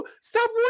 stop